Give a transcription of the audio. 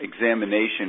examination